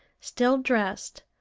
still dressed,